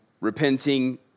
repenting